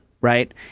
right